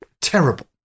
terrible